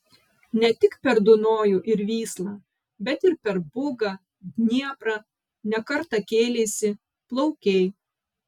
ne tik per dunojų ir vyslą bet ir per bugą dnieprą ne kartą kėleisi plaukei